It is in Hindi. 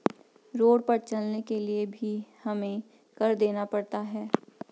रोड पर चलने के लिए भी हमें कर देना पड़ता है